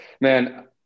Man